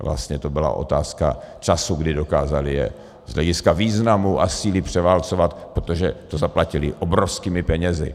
Vlastně to byla otázka času, kdy je dokázali z hlediska významu a síly převálcovat, protože to zaplatili obrovskými penězi.